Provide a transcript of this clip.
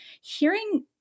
Hearing